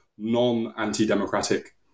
non-anti-democratic